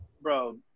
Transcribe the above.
bro